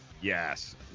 Yes